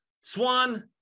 Swan